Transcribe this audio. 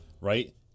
right